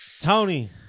Tony